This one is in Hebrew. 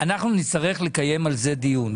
אנחנו נצטרך לקיים על זה דיון,